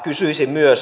kysyisin myös